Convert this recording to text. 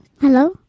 Hello